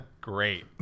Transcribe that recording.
Great